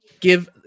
give